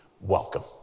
Welcome